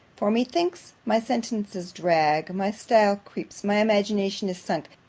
for, methinks, my sentences drag, my style creeps, my imagination is sunk,